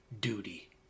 duty